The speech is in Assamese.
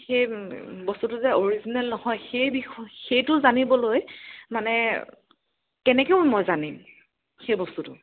সেই বস্তুটো যে অৰিজিনেল নহয় সেই বিষয় সেইটো জানিবলৈ মানে কেনেকৈ মই জানিম সেই বস্তুটো